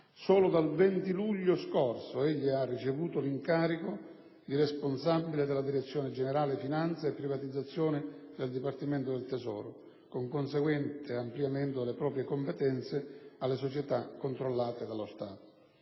Solo dal 20 luglio scorso egli ha ricevuto l'incarico di responsabile della Direzione generale finanza e privatizzazioni del Dipartimento del tesoro con conseguente ampliamento delle proprie competenze alle società controllate dallo Stato.